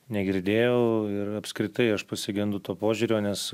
negirdėjau ir apskritai aš pasigendu to požiūrio nes